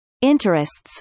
interests